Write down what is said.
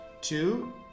Two